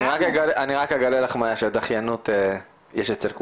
אני רק אגלה לך משהו, דחיינות יש אצל כולם.